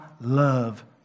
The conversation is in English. love